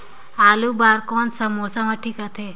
आलू बार कौन सा मौसम ह ठीक रथे?